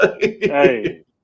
hey